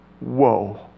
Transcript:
whoa